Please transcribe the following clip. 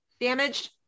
damaged